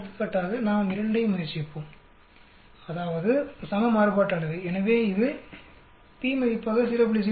எடுத்துக்காட்டாக நாம் 2 ஐ முயற்சிப்போம் அதாவது சம மாறுபாட்டு அளவை எனவே இது நமது p மதிப்பாக 0